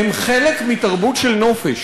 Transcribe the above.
הן חלק מתרבות של נופש.